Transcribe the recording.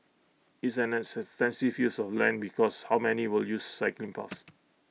it's an extensive use of land because how many will use cycling paths